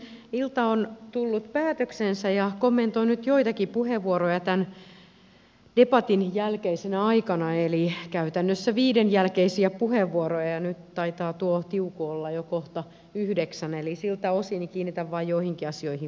ilta on tullut päätökseensä ja kommentoin nyt joitakin puheenvuoroja tämän debatin jälkeiseltä ajalta eli käytännössä viiden jälkeisiä puheenvuoroja ja nyt taitaa tuo tiuku olla jo kohta yhdeksän eli siltä osin kiinnitän vain joihinkin asioihin huomiota